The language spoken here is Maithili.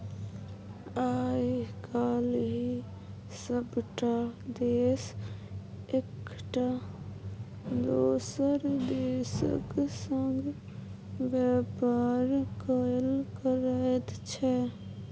आय काल्हि सभटा देश एकटा दोसर देशक संग व्यापार कएल करैत छै